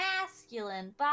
masculine